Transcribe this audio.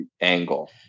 angle